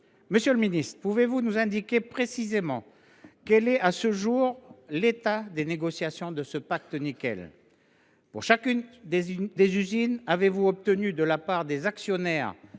Monsieur le ministre, pouvez vous nous indiquer précisément quel est, à ce jour, l’état des négociations de ce pacte Nickel ? Pour chacune des usines, avez vous obtenu de la part des actionnaires